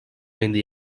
ayında